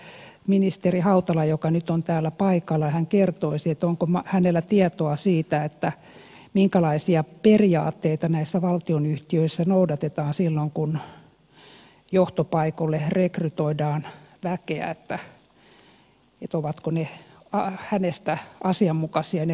toivoisinkin että ministeri hautala joka nyt on täällä paikalla kertoisi onko hänellä tietoa siitä minkälaisia periaatteita näissä valtionyhtiöissä noudatetaan silloin kun johtopaikoille rekrytoidaan väkeä ovatko ne rekrytointiperiaatteet hänestä asianmukaisia